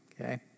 okay